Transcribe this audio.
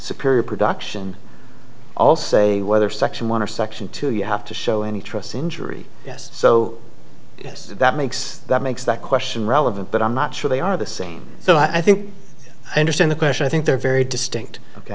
superior production all say whether section one or section two you have to show any trust injury yes so yes that makes that makes that question relevant but i'm not sure they are the same so i think i understand the question i think they're very distinct ok